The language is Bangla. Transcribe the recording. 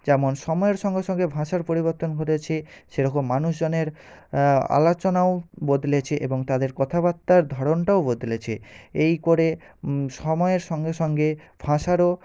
যেমন সময়ের সঙ্গে সঙ্গে ভাষার পরিবর্তন ঘটেছে সেরকম মানুষজনের আলোচনাও বদলেছে এবং তাদের কথাবার্তার ধরনটাও বদলেছে এই করে সময়ের সঙ্গে সঙ্গে ভাষারও